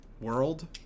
world